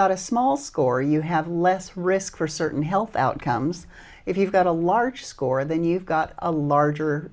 got a small score you have less risk for certain health outcomes if you've got a large score then you've got a larger